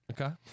Okay